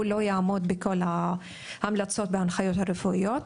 הוא לא יעמוד בכל ההמלצות וההנחיות הרפואיות.